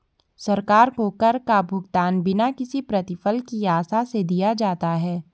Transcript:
सरकार को कर का भुगतान बिना किसी प्रतिफल की आशा से दिया जाता है